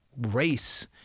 race